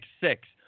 six